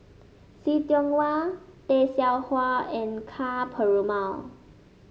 See Tiong Wah Tay Seow Huah and Ka Perumal